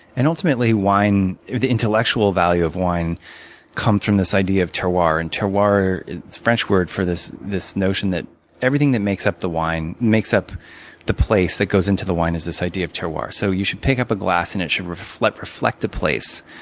and, ultimately, the intellectual value of wine comes from this idea of terroir. and terroir is a french word for this this notion that everything that makes up the wine makes up the place that goes into the wine is this idea of terroir. so you should pick up a glass, and it should reflect reflect a place.